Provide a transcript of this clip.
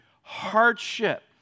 hardship